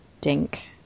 dink